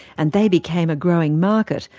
and they became a growing market,